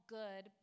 good